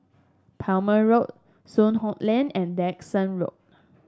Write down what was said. Plumer Road Soon Hock Lane and Dickson Road